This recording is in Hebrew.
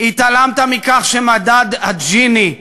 התעלמת מכך שמדד ג'יני,